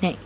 next